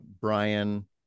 Brian